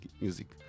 music